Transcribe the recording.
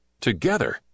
Together